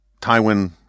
Tywin